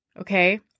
okay